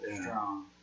Strong